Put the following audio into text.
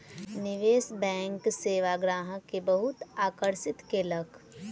निवेश बैंक सेवा ग्राहक के बहुत आकर्षित केलक